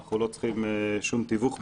אנחנו לא צריכים שום תיווך בעניין.